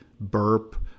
burp